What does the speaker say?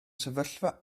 sefyllfa